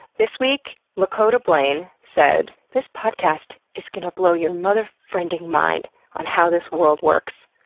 this week, lakota blaine said this podcast is gonna blow your mother-friending mind on how this world works!